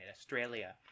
Australia